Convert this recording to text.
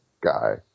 guy